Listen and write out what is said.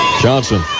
Johnson